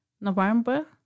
November